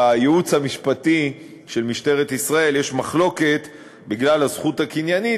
בייעוץ המשפטי של משטרת ישראל יש מחלוקת בגלל הזכות הקניינית,